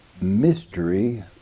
Mystery